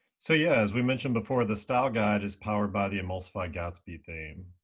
so yeah as we mentioned before, the style guide is powered by the emulsify gatsby theme.